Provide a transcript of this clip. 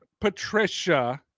Patricia